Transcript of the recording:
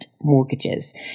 mortgages